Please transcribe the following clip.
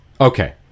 Okay